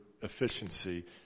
efficiency